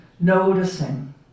noticing